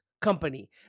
company